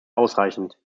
ausreichend